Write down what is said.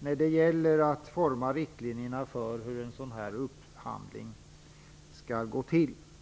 när det gäller att forma riktlinjerna för hur en sådan här upphandling skall gå till.